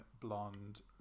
blonde